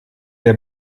der